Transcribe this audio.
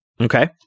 Okay